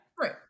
Right